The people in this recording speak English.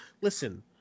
listen